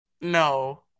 No